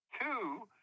Two